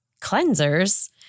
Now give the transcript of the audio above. cleansers